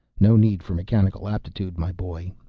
no need for mechanical aptitude, my boy.